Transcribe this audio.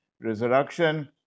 Resurrection